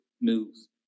news